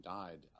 died